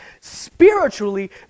spiritually